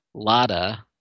Lada